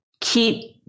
keep